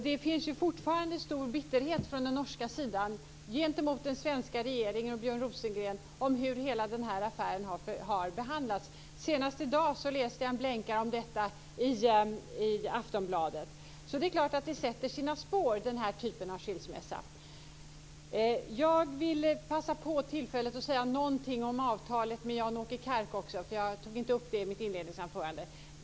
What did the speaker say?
Det finns ju fortfarande en stor bitterhet på den norska sidan gentemot den svenska regeringen och Björn Rosengren vad gäller hur hela den här affären har behandlats. Senast i dag läste jag en blänkare om detta i Aftonbladet. Så visst sätter den sina spår, den här typen av skilsmässa. Jag vill passa på att ta tillfället i akt och också säga någonting om avtalet med Jan-Åke Kark. Jag tog inte upp det i mitt inledningsanförande.